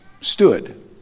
stood